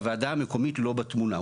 הוועדה המקומית לא בתמונה.